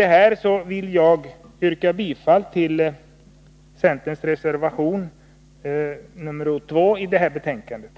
Med detta vill jag yrka bifall till centerns reservation nr 2 i jordbruksutskottets betänkande